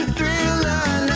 Thriller